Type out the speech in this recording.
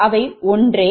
அவை ஒன்றே ஆகும்